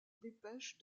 dépêche